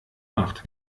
macht